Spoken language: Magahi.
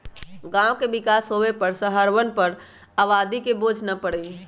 गांव के विकास होवे और शहरवन पर आबादी के बोझ न पड़ई